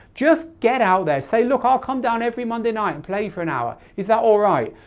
just get out there, say look, i'll come down every monday night and play for an hour, is that all right?